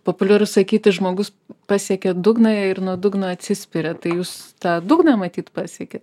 populiaru sakyti žmogus pasiekė dugną ir nuo dugno atsispiria tai jūs tą dugną matyt pasiekėt